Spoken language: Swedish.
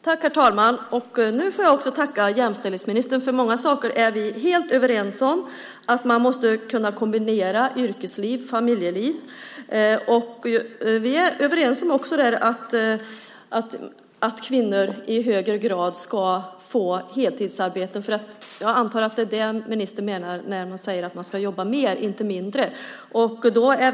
Herr talman! Jag får tacka jämställdhetsministern. Många saker är vi helt överens om. Man måste kunna kombinera yrkesliv och familjeliv. Vi är också överens om att kvinnor i högre grad ska få heltidsarbete, för jag antar att det är det ministern menar när hon säger att man ska jobba mer, inte mindre. Det är bra.